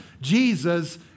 Jesus